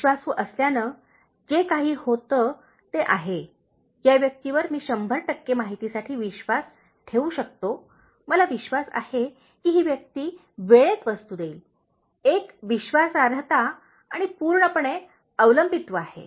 विश्वासू असल्याने जे काही होते ते आहे या व्यक्तीवर मी शंभर टक्के माहितीसाठी विश्वास ठेवू शकतो मला विश्वास आहे की ही व्यक्ती वेळेत वस्तू देईल एक विश्वासार्हता आणि पूर्णपणे अवलंबित्व आहे